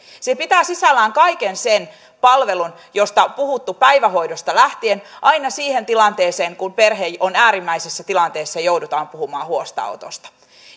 se pitää sisällään kaiken sen palvelun josta on puhuttu päivähoidosta lähtien aina siihen tilanteeseen kun perhe on äärimmäisessä tilanteessa ja joudutaan puhumaan huostaanotosta